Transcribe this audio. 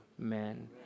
Amen